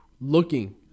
looking